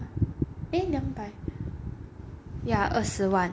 a 两百 ya 二十万